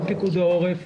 עם פיקוד העורף,